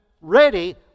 ready